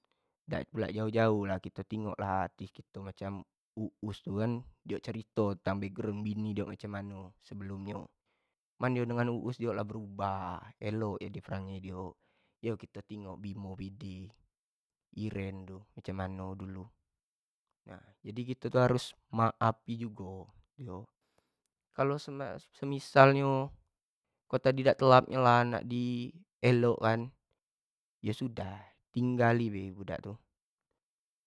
Dak pulo jauh-jauh lah kito tengoklah macam uus tu kan, dio cerito background bini macam mano sebelumnyo, cuma dengan uus iok lah berubah elok lah perangai nyo, yo kito teengok bimo bede, iren tu cam mano dulu nyo, jadi kito tu harus maafin jugo yo kalo emisal nyo kalo kito tadi tu dak telap nak elok i nyo yo sudah tinggalilah budak tu.